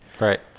Right